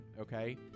okay